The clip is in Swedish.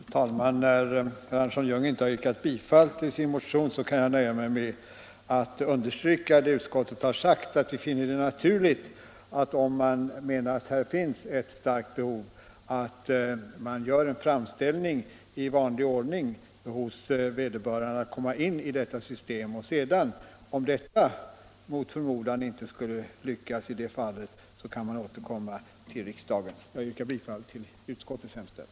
Fru talman! Eftersom herr Andersson i Ljung inte yrkat bifall till sin motion kan jag nöja mig med att understryka vad utskottet sagt, nämligen att utskottet finner det naturligt att man — om man anser att det här finns ett starkt behov — gör en framställning i vanlig ordning hos vederbörande att få komma in i systemet. Om man mot förmodan inte skulle lyckas nå en överenskommelse kan man återkomma till riksdagen. Fru talman! Jag yrkar bifall till utskottets hemställan.